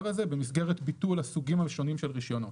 הזה במסגרת ביטול הסוגים השונים של רישיונות.